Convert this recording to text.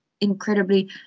incredibly